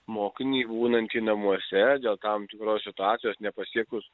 mokinį būnantį namuose dėl tam tikros situacijos nepasiekus